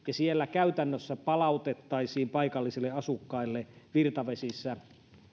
siellä käytännössä palautettaisiin paikallisille asukkaille kalastusoikeus virtavesissä